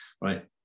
right